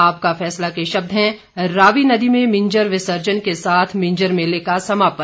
आपका फैसला के शब्द हैं रावी नदी में मिंजर विसर्जन के साथ मिंजर मेले का समापन